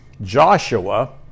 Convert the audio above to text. joshua